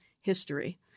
history